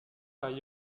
par